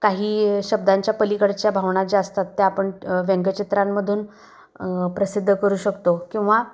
काही शब्दांच्या पलीकडच्या भावना ज्या असतात त्या आपण व्यंंगचित्रांमधून प्रसिद्ध करू शकतो किंवा